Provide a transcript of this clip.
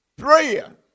prayer